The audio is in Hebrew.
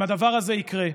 אם הדבר הזה יקרה,